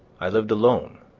i lived alone,